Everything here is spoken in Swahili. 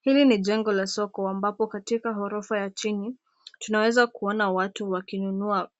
Hili ni jengo la soko ambapo katika ghorofa ya chini, tunaweza kuona watu wakinunua